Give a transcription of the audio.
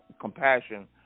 compassion